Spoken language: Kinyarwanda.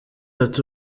ati